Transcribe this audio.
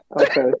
Okay